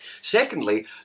Secondly